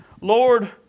Lord